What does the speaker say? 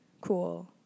cool